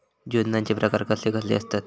योजनांचे प्रकार कसले कसले असतत?